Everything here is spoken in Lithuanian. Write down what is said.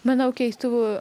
manau keistų